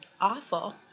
awful